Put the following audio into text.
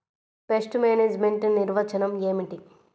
Pest management నిర్వచనం ఏమిటి?